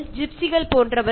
അവർ ജിപ്സികളെപ്പോലെയാണ്